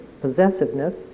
possessiveness